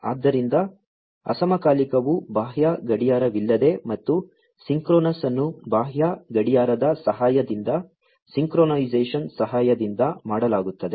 ಆದ್ದರಿಂದ ಅಸಮಕಾಲಿಕವು ಬಾಹ್ಯ ಗಡಿಯಾರವಿಲ್ಲದೆ ಮತ್ತು ಸಿಂಕ್ರೊನಸ್ ಅನ್ನು ಬಾಹ್ಯ ಗಡಿಯಾರದ ಸಹಾಯದಿಂದ ಸಿಂಕ್ರೊನೈಸೇಶನ್ ಸಹಾಯದಿಂದ ಮಾಡಲಾಗುತ್ತದೆ